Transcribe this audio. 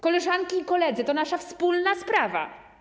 Koleżanki i koledzy, to nasza wspólna sprawa.